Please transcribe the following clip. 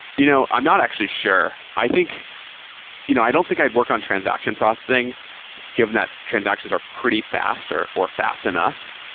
you know i'm not actually sure. i you know i don't think i'd work on transaction processing given that transactions are pretty fast or or fast enough.